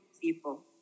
people